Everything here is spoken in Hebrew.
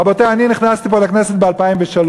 רבותי, אני נכנסתי לפה, לכנסת, ב-2003.